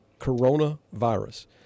coronavirus